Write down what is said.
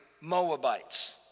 Moabites